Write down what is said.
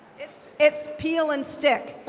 it's it's peel and stick.